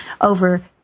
over